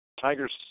Tigers